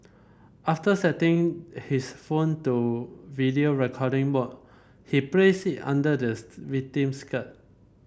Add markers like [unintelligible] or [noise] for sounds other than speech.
after setting his phone to video recording mode he placed it under the [unintelligible] victim's skirt